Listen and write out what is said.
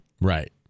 Right